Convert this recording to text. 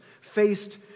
faced